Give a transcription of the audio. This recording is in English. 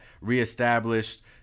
reestablished